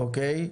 אוקיי.